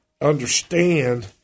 understand